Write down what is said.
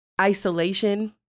isolation